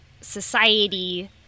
society